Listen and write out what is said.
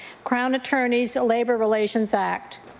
crown attorneys labour relations act.